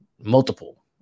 Multiple